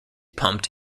pumped